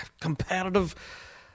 competitive